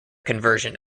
conversion